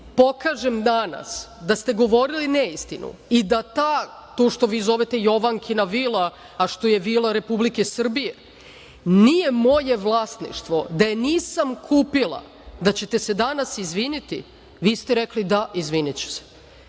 pokažem danas da ste govorili neistinu i da to što vi zovete Jovankina vila, a što je vila Republike Srbije, nije moje vlasništvo, da je nisam kupila da ćete se danas izviniti i vi ste rekli – da, izviniću